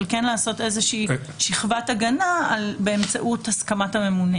כן לעשות שכבת הגנה באמצעות הסכמת הממונה